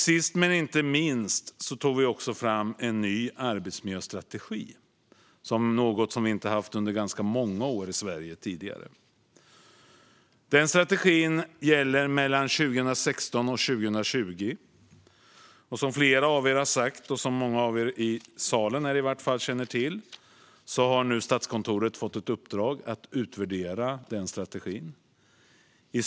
Sist men inte minst tog vi fram en ny arbetsmiljöstrategi, något som vi inte haft under ganska många år i Sverige tidigare. Den strategin gäller mellan 2016 och 2020. Som flera av er har sagt och som många av er i salen, i varje fall, känner till har nu Statskontoret fått ett uppdrag att utvärdera den strategin.